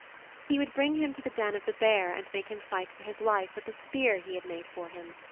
he would bring him to the den of the bear and make him fight for his life with the spear he had made for him.